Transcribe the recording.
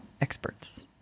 experts